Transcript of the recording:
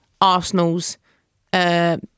Arsenal's